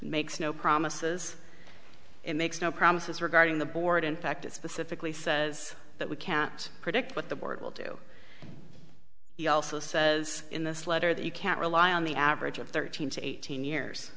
makes no promises it makes no promises regarding the board in fact it's pacifically says that we can't predict what the board will do he also says in this letter that you can't rely on the average of thirteen to eighteen years